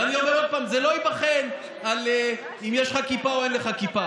ואני אומר לך עוד פעם: זה לא ייבחן על אם יש לך כיפה או אין לך כיפה.